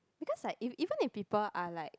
because like if even if people are like